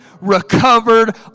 recovered